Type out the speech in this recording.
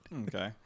okay